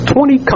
Twenty